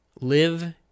live